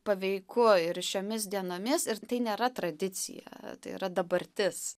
paveiku ir šiomis dienomis ir tai nėra tradicija tai yra dabartis